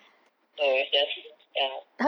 so it's just ya